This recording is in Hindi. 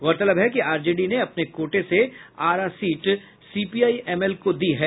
गौरतलब है कि आरजेडी ने अपने कोटे से आरा सीट सीपीआई एमएल को दे दी है